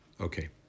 Okay